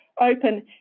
open